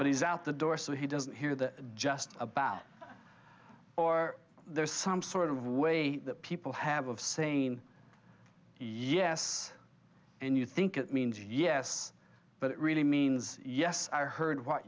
but he's out the door so he doesn't hear that just about or there's some sort of way that people have of saying yes and you think it means yes but it really means yes i heard what